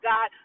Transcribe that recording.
God